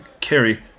carry